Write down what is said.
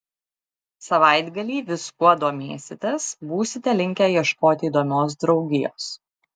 savaitgalį viskuo domėsitės būsite linkę ieškoti įdomios draugijos